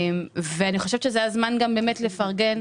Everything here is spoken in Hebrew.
ואני חושבת שזה הזמן גם באמת לפרגן